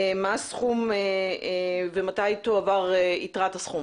מה הסכום ומתי תועבר יתרת הסכום.